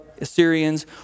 Assyrians